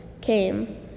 came